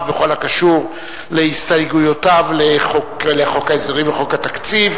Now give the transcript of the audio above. בכל הקשור להסתייגויותיו לחוק ההסדרים וחוק התקציב.